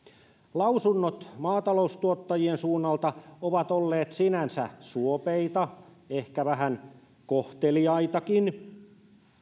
lausunnot maataloustuottajien suunnalta ovat olleet sinänsä suopeita ehkä vähän kohteliaitakin